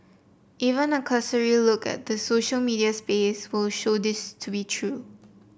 even a cursory look at the social media space will show this to be true